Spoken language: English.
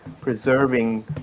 preserving